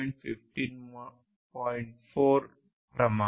4 ప్రమాణం